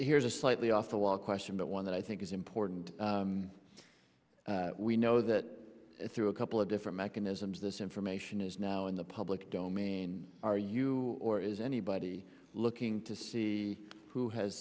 here's a slightly off the wall question but one that i think is important we know that through a couple of different mechanisms this information is now in the public domain are you or is anybody looking to see who has